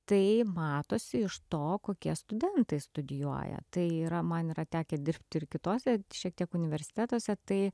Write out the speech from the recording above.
tai matosi iš to kokie studentai studijuoja tai yra man yra tekę dirbti ir kituose šiek tiek universitetuose tai